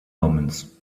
omens